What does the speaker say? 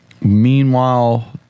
Meanwhile